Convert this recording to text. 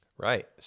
Right